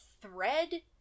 thread